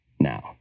Now